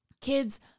kids